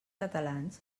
catalans